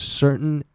certain